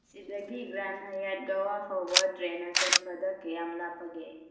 ꯁꯤꯗꯒꯤ Grand Hyatt ꯒꯧꯋꯥ ꯐꯥꯎꯕ ꯇ꯭ꯔꯦꯟꯅ ꯆꯠꯄꯗ ꯀꯌꯥꯝ ꯂꯥꯞꯄꯒꯦ